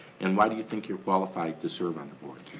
and why do you think you're qualified to serve on the board?